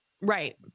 right